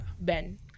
ben